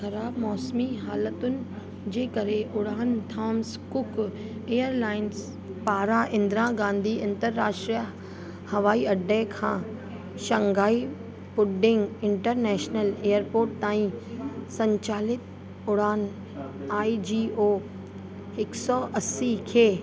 ख़राबु मौसमी हालतुनि जे करे उड़ान थॉम्स कुक एयरलाइंस पारां इन्द्रां गांधी अंतरराष्ट्रीय हवाई अॾे खां शंघाई हुडिंग इंटरनेशनल एयरपोट ताईं संचालित उड़ान आई जी ओ हिकु सौ असी खे